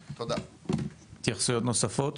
תודה, התייחסויות נוספות?